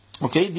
Okay